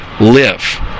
live